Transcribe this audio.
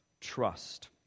trust